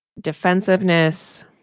defensiveness